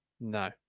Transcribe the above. No